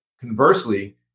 conversely